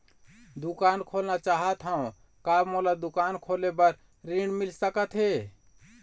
दुकान खोलना चाहत हाव, का मोला दुकान खोले बर ऋण मिल सकत हे?